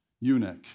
eunuch